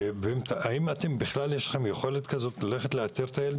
האם בכלל יש לכם יכולת כזאת ללכת לאתר את הילד,